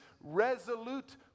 resolute